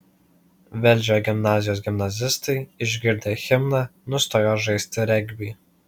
velžio gimnazijos gimnazistai išgirdę himną nustojo žaisti regbį